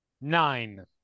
Nine